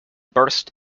burst